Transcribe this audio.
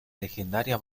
legendaria